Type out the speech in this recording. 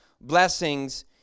blessings